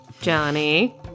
Johnny